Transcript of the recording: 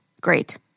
Great